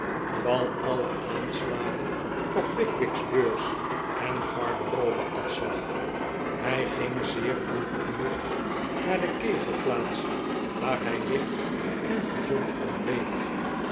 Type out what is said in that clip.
van alle aanslagen op pickwick's beurs en garderobe afzag hij ging zeer onvergenoegd naar de kegelplaats waar hij licht en gezond